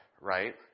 right